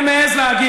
אני מעז להגיד